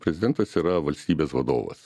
prezidentas yra valstybės vadovas